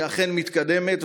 אכן מתקדמת,